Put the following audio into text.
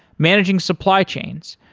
managing supply chains,